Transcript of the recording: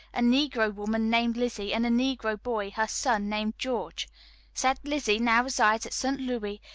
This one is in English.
a negro woman named lizzie, and a negro boy, her son, named george said lizzie now resides at st. louis,